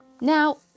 Now